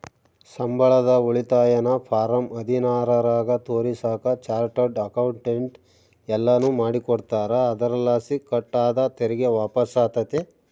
ಸಂಬಳದ ಉಳಿತಾಯನ ಫಾರಂ ಹದಿನಾರರಾಗ ತೋರಿಸಾಕ ಚಾರ್ಟರ್ಡ್ ಅಕೌಂಟೆಂಟ್ ಎಲ್ಲನು ಮಾಡಿಕೊಡ್ತಾರ, ಅದರಲಾಸಿ ಕಟ್ ಆದ ತೆರಿಗೆ ವಾಪಸ್ಸಾತತೆ